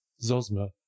Zosma